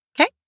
Okay